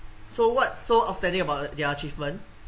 so what's so outstanding about their achievement